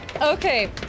Okay